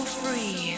free